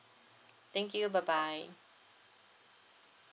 thank you bye bye